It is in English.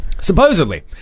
Supposedly